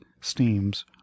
steams